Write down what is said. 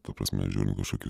ta prasme žiūrint kažkokį